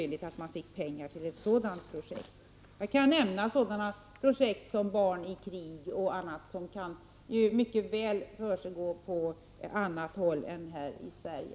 Jag kan nämna ett sådant projekt som rör förhållanden för ”Barn i krig”, som mycket väl kan försiggå på annat håll än här i Sverige.